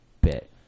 bit